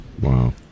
Wow